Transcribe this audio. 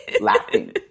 laughing